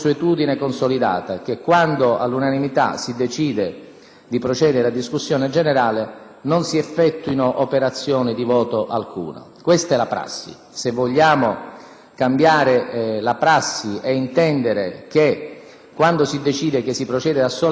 di procedere alla discussione generale non si effettui operazione di voto alcuna; questa è la prassi. Se vogliamo cambiare la prassi e intendere che, quando si decide che si procede alla sola discussione generale, questo comporta comunque l'esigenza di votazioni,